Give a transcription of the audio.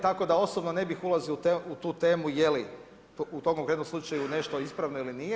Tako da osobno ne bih ulazio u tu temu je li u tom konkretnom slučaju nešto ispravno ili nije.